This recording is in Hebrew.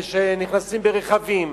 ונכנסים ברכבים,